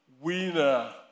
winner